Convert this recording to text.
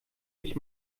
ich